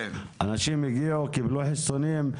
אנשים הגיעו, קיבלו חיסונים.